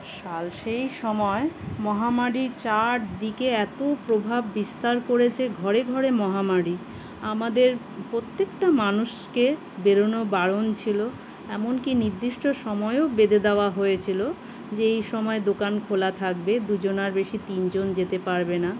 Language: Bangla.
সাল সেই সময় মহামারী চারদিকে এত প্রভাব বিস্তার করেছে ঘরে ঘরে মহামারী আমাদের প্রত্যেকটা মানুষকে বেরোনো বারণ ছিল এমনকি নির্দিষ্ট সময়ও বেঁধে দেওয়া হয়েছিল যে এই সময় দোকান খোলা থাকবে দুজনের বেশি তিনজন যেতে পারবে না